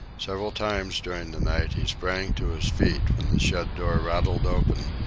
several times during the night he sprang to his feet when the shed door rattled open,